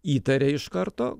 įtarė iš karto